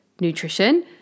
nutrition